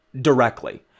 directly